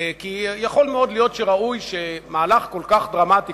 כי יכול מאוד להיות שראוי שמהלך כל כך דרמטי